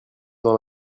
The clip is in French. dans